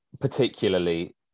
particularly